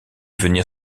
venir